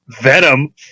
Venom